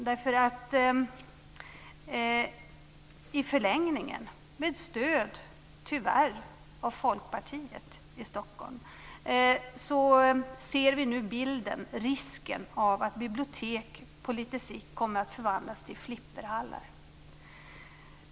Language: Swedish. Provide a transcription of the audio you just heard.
Vi ser i förlängningen risken för att bibliotek på lite sikt, tyvärr med stöd av Folkpartiet i Stockholm, kommer att förvandlas till flipperhallar.